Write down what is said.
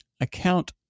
account